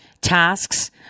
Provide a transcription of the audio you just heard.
tasks